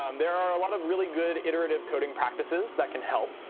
um there are a lot of really good iterative coding practices that can help.